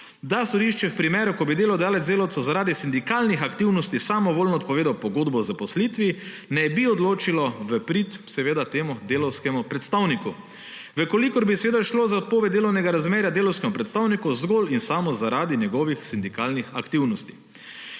da sodišče v primeru, ko bi delodajalec delavcu zaradi sindikalnih aktivnosti samovoljno odpovedal pogodbo o zaposlitvi, ne bi odločilo v prid seveda temu delavskemu predstavniku, če bi seveda šlo za odpoved delovnega razmerja delavskemu predstavniku zgolj in samo zaradi njegovih sindikalnih aktivnosti.